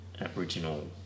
Aboriginal